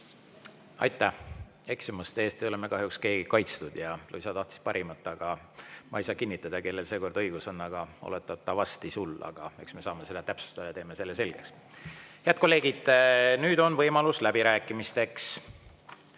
Aitäh! Eksimuste eest ei ole me kahjuks keegi kaitstud ja Luisa tahtis parimat. Aga ma ei saa kinnitada, kellel seekord õigus on, oletatavasti sul. Eks me saame seda täpsustada ja teeme selle selgeks. Head kolleegid, nüüd on võimalus läbirääkimisteks.